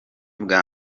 bwa